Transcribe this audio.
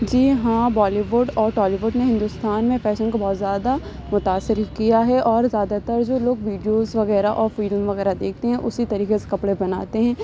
جی ہاں Bollywood اور Tollywood نے ہندوستان میں فیشن کو بہت زیادہ متاثر کیا ہے اور زیادہ تر جو لوگ ویڈیوز وغیرہ اور فلم وغیرہ دیکھتے ہیں اسی طریقے سے کپڑے پہناتے ہیں